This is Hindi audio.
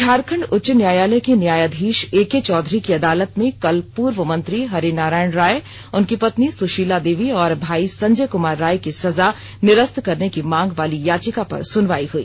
झारखंड उच्च न्यायालय के न्यायाधीश एके चौधरी की अदालत में कल पूर्व मंत्री हरिनारायण राय उनकी पत्नी सुशीला देवी और भाई संजय कुमार राय की सजा निरस्त करने की मांग वाली याचिका पर सुनवाई हुई